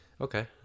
Okay